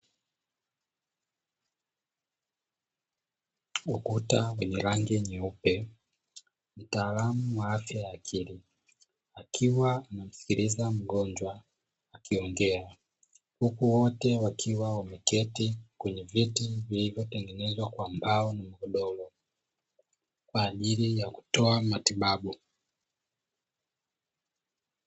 Ukuta wenye rangi nyeupe. Mtaalamu wa afya ya akili akiwa anamsikiliza mgonjwa akiongea. Huku wote wakiwa wameketi kwenye viti vilivyotengenezwa kwa mbao na magodoro kwa ajili ya kutoa matibabu.